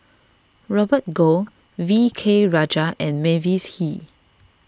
Robert Goh V K Rajah and Mavis Hee